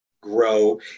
grow